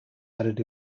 added